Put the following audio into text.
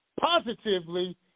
Positively